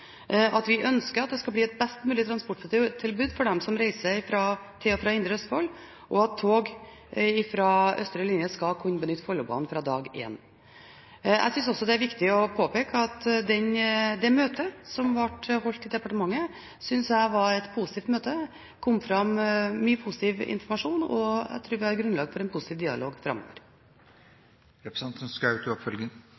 at vi ønsker at det skal bli et best mulig transporttilbud for dem som reiser til og fra Indre Østfold, og at tog fra østre linje skal kunne benytte Follobanen fra dag én. Det er også viktig å påpeke at jeg synes det møtet som ble holdt i departementet, var et positivt møte. Det kom fram mye positiv informasjon, og jeg tror vi har grunnlag for en positiv dialog